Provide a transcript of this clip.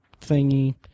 thingy